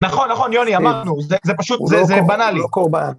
נכון, נכון, יוני, אמרנו, זה פשוט בנאלי.